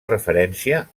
referència